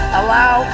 allow